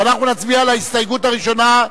ואנחנו נצביע על ההסתייגות הראשונה,